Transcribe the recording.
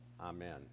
Amen